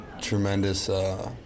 tremendous